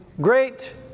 Great